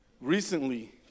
recently